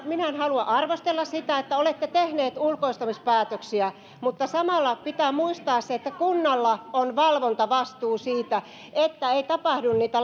minä en halua arvostella sitä että olette tehneet ulkoistamispäätöksiä mutta samalla pitää muistaa se että kunnalla on valvontavastuu siitä ettei tapahdu niitä